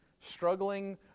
Struggling